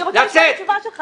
אני רוצה לשמוע את התשובה שלך.